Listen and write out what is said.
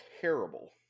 terrible